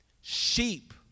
Sheep